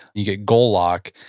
you get goal lock,